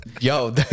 yo